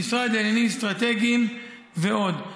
המשרד לעניינים אסטרטגיים ועוד.